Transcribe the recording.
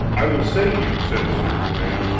i will say you, said sir gawaine,